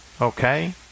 Okay